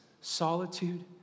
solitude